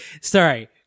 sorry